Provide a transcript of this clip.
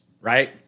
right